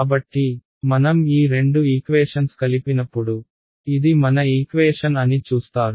కాబట్టి మనం ఈ రెండు ఈక్వేషన్స్ కలిపినప్పుడు ఇది మన ఈక్వేషన్ అని చూస్తారు